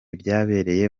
byabereye